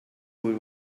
would